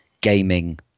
gaming